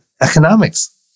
economics